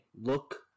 Look